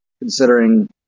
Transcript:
considering